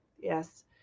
yes